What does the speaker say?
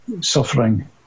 suffering